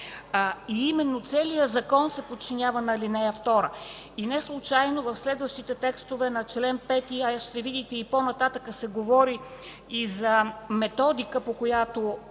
Именно целият закон се подчинява на ал. 2. И неслучайно в следващите текстове на чл. 5, а ще видите и по-нататък, че се говори и за методика, по която